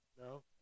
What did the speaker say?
no